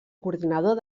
coordinador